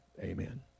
Amen